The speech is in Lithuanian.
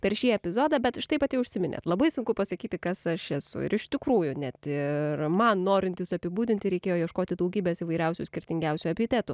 per šį epizodą bet štai pati užsiminėt labai sunku pasakyti kas aš esu ir iš tikrųjų net ir man norint jus apibūdinti reikėjo ieškoti daugybės įvairiausių skirtingiausių epitetų